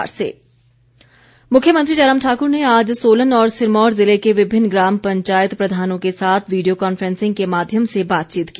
मुख्यमंत्री वीसी मुख्यमंत्री जयराम ठाकुर ने आज सोलन और सिरमौर ज़िले के विभिन्न ग्राम पंचायत प्रधानों के साथ वीडियो कांफ्रेंसिंग के माध्यम से बातचीत की